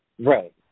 Right